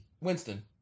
Winston